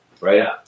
right